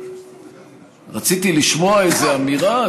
רציתי לשמוע איזו אמירה,